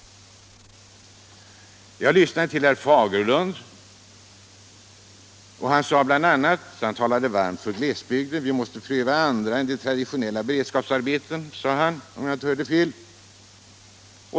Jag lyssnade till herr Fagerlund, som bl.a. talade varmt för glesbygderna. ”Vi måste pröva andra metoder än bara de traditionella beredskapsarbetena”, sade han, om jag inte hörde fel.